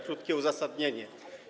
Krótkie uzasadnienie.